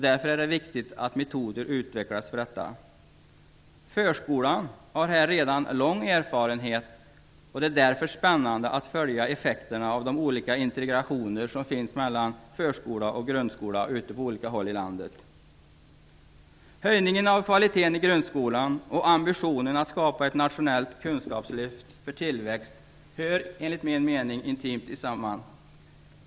Därför är det viktigt att metoder utvecklas för detta. Förskolan har i dag redan lång erfarenhet, och det är därför spännande att följa effekterna av de olika integrationer mellan förskola och grundskola som görs på olika håll i landet. Höjningen av kvaliteten i grundskolan och ambitionen att skapa ett nationellt kunskapslyft för tillväxt hör enligt min mening intimt samman.